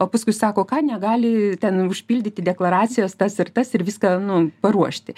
o paskui sako ką negali ten užpildyti deklaracijos tas ir tas ir viską nu paruošti